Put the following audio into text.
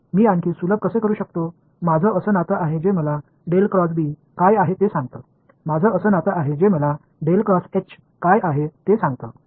मी आणखी सुलभ कसे करू शकतो माझं असं नातं आहे जे मला काय आहे ते सांगतं माझं असं नातं आहे जे मला काय आहे ते सांगतं